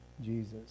Jesus